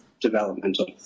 developmental